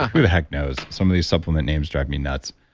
who the heck knows? some of these supplement names drive me nuts.